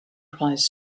prize